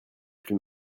plus